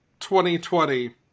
2020